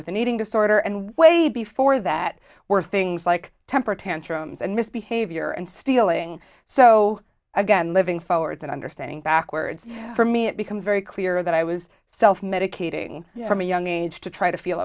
with an eating disorder and way before that were things like temper tantrums and misbehavior and stealing so again living forwards and understanding backwards for me it becomes very clear that i was self medicating from a young age to try to feel